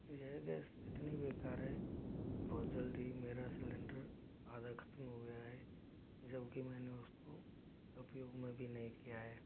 यह गैस इतनी बेकार है कि बहुत जल्दी ही मेरा सिलेंडर आधा खत्म हो गया है जबकि मैंने उसको उपयोग में भी नहीं किया है